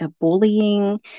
bullying